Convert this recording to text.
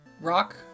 rock